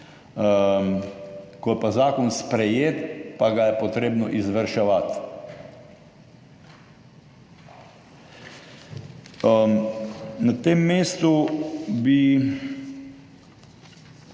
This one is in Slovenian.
ko je pa zakon sprejet, pa ga je potrebno izvrševati. Na tem mestu bi